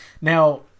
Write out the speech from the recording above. Now